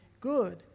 Good